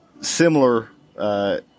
similar –